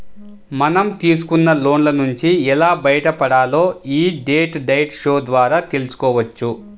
మనం తీసుకున్న లోన్ల నుంచి ఎలా బయటపడాలో యీ డెట్ డైట్ షో ద్వారా తెల్సుకోవచ్చు